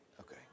Okay